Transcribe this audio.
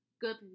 good